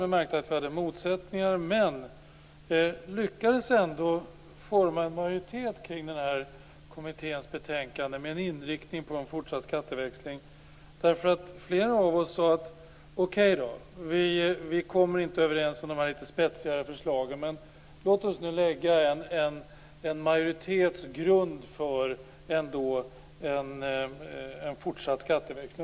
Vi märkte att vi hade motsättningar men lyckades ändå forma en majoritet kring kommitténs betänkande med en inriktning på en fortsatt skatteväxling. Flera av oss sade: Okej, vi kommer inte överens om de litet spetsigare förslagen, men låt oss nu ändå lägga en majoritets grund för en fortsatt skatteväxling.